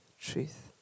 truth